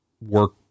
work